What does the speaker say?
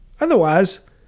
Otherwise